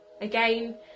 again